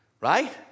right